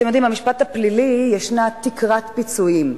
אתם יודעים, במשפט הפלילי ישנה תקרת פיצויים.